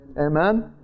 Amen